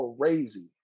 crazy